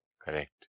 Correct